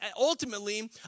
ultimately